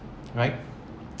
right